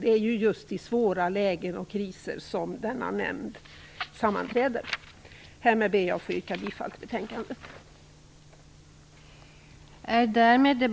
Det är just i svåra lägen och kriser som denna nämnd sammanträder. Härmed ber jag att få yrka bifall till utskottets hemställan.